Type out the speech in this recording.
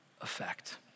effect